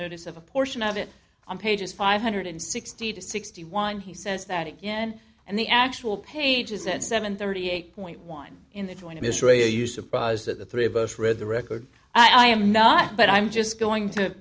notice of a portion of it on pages five hundred sixty to sixty one he says that again and the actual pages at seven thirty eight point one in the joint of israel you surprised at the three of us read the record i am not but i'm just going to